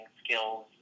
skills